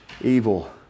evil